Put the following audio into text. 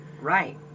Right